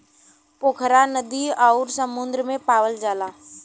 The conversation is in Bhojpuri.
पोखरा नदी अउरी समुंदर में पावल जाला